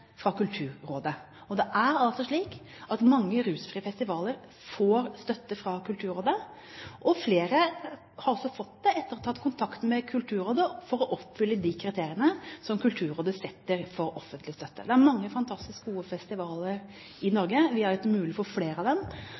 fra Kulturrådet. Det er altså slik at mange rusfrie festivaler får støtte fra Kulturrådet, og flere har også fått det etter å ha tatt kontakt med Kulturrådet for å få vite hvordan de skal oppfylle de kriteriene som Kulturrådet setter for offentlig støtte. Det er mange fantastisk gode festivaler i Norge. Det er mulig for flere av dem